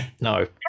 no